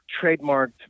trademarked